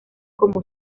como